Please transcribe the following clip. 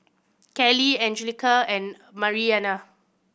Kelley Angelica and Mariana